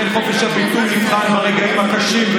יינתן חופש הביטוי גם ברגע הקשים,